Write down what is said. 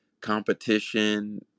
competition